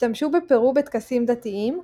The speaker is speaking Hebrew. השתמשו בפרו בטקסים דתיים,